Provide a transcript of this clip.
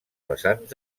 vessants